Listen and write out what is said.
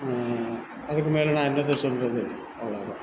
அதுக்கு மேலே நான் என்னத்தை சொல்கிறது அவ்வளோதான்